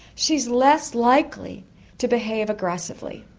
she's less likely to behave aggressively.